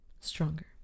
Stronger